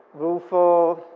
rueful,